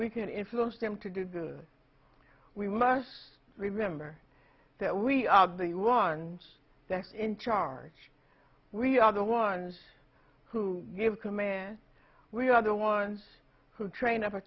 we can influence them to do good we must remember that we are the ones that's in charge we are the ones who give commands we are the ones who train up a